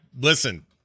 listen